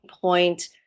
point